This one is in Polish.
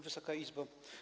Wysoka Izbo!